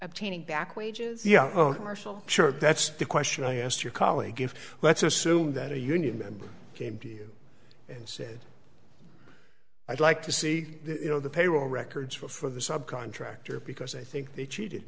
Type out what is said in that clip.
obtaining back wages yeah ok marshall short that's the question i asked your colleague if let's assume that a union member came to you and said i'd like to see you know the payroll records were for the subcontractor because i think they cheated